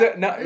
no